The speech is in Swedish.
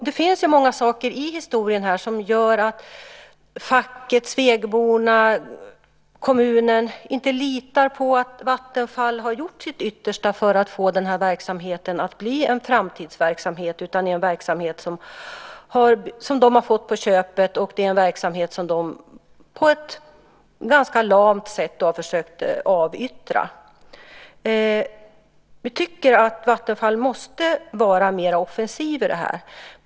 Det finns många saker i historien som gör att facket, svegborna och kommunen inte litar på att Vattenfall har gjort sitt yttersta för att få den här verksamheten att bli en framtidsverksamhet utan att den är en verksamhet som man har fått på köpet och en verksamhet som man, på ett ganska lamt sätt, har försökt avyttra. Vi tycker att Vattenfall måste vara mer offensivt här.